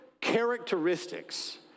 characteristics